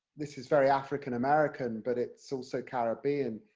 this is very african-american, but it's also caribbean,